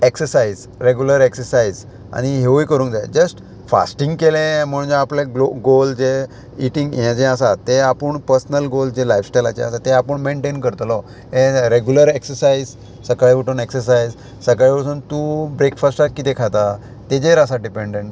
exercise regular exercise आनी ह्योयूय करूंक जाय जस्ट फास्टींग केलें म्हणून आपल्याक गो गोल जे इटींग हे जे आसा ते आपूण पर्सनल गोल जे लायफस्टायलाचे आसा ते आपूण मेनटेन करतलो हे रेगुलर एक्सरसायज सकाळी उठून एक्सरसायज सकाळी वचून तूं ब्रेकफास्टाक कितें खाता तेजेर आसा डिपेंडंट